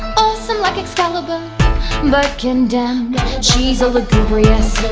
awesome like excalibur but condemned she's a lugubrious,